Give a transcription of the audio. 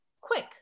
quick